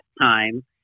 time